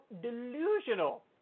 delusional